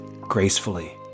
gracefully